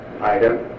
item